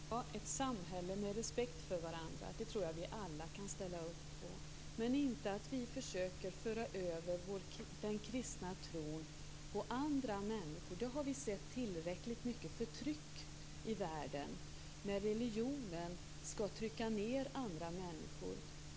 Herr talman! Ett samhälle med respekt för varandra tror jag att vi alla kan ställa upp på men inte att vi försöker föra över den kristna tron på andra människor. Vi har sett tillräckligt mycket av förtryck i världen när religionen trycker ned andra människor.